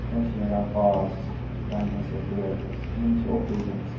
کٲنٛسہِ چھِ نیران پاس ٹٮ۪نتھَس یا ٹُوٮ۪لتھَس یِم چھِ اوکیجَنٕز